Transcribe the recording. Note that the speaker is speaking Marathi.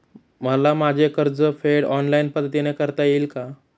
मला माझे कर्जफेड ऑनलाइन पद्धतीने करता येईल का?